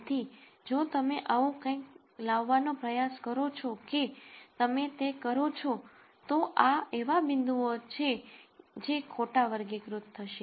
તેથી જો તમે આવું કંઈક લાવવાનો પ્રયાસ કરો છો કે તમે તે કરો છો તો આ એવા પોઈન્ટસ છે જે ખોટા વર્ગીકૃત થશે